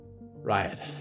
Riot